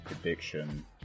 Prediction